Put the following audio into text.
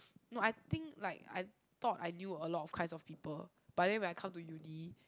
no I think like I thought I knew a lot of kinds of people but then when I come to Uni